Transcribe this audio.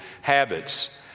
habits